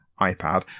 ipad